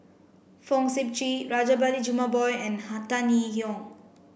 Fong Sip Chee Rajabali Jumabhoy and Tan Yee Hong